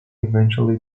eventually